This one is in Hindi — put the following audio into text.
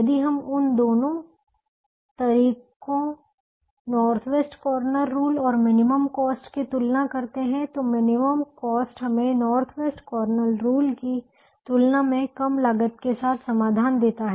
यदि हम उन दो तरीकों नॉर्थ वेस्ट कॉर्नर और मिनिमम कॉस्ट की तुलना करते हैं तो मिनिमम कॉस्ट हमें नॉर्थ वेस्ट कॉर्नर रूल की तुलना में कम लागत के साथ समाधान देता है